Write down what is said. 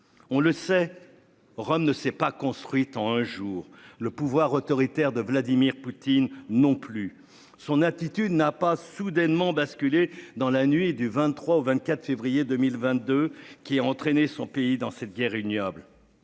On le sait. Rome ne s'est pas construit en un jour le pouvoir autoritaire de Vladimir Poutine non plus son attitude n'a pas soudainement basculé dans la nuit du 23 au 24 février 2022 qui a entraîné son pays dans cette guerre ignoble.